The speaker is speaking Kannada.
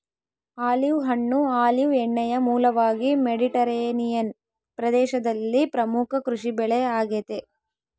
ಆಲಿವ್ ಹಣ್ಣು ಆಲಿವ್ ಎಣ್ಣೆಯ ಮೂಲವಾಗಿ ಮೆಡಿಟರೇನಿಯನ್ ಪ್ರದೇಶದಲ್ಲಿ ಪ್ರಮುಖ ಕೃಷಿಬೆಳೆ ಆಗೆತೆ